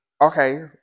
Okay